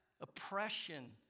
oppression